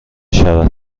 شود